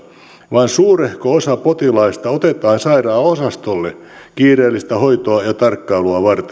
vaan suurehko osa potilaista otetaan sairaalaosastolle kiireellistä hoitoa ja tarkkailua varten